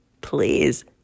please